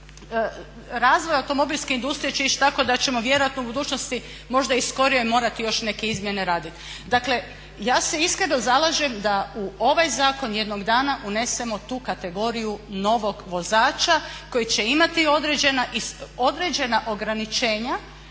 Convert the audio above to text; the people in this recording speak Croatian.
razvoj automobilske industrije će ići tako da ćemo vjerojatno u budućnosti možda i skorijoj morati još neke izmjene raditi. Dakle, ja se iskreno zalažem da u ovaj zakon jednog dana unesemo tu kategoriju novog vozača koji će imati određena ograničenja